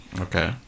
Okay